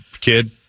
kid